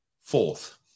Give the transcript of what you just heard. fourth